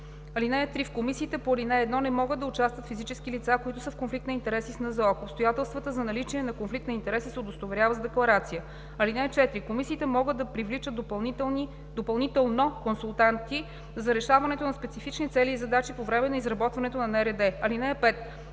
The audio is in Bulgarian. (3) В комисиите по ал. 1 не могат да участват физически лица, които са в конфликт на интереси с НЗОК. Обстоятелствата за наличието на конфликт на интереси се удостоверяват с декларация. (4) Комисиите могат да привличат допълнително консултанти за решаването на специфични цели и задачи по време на изработването на НРД. (5)